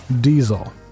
Diesel